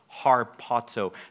harpazo